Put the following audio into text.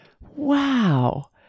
Wow